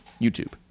YouTube